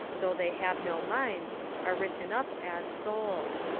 though they have no minds are written up as souls.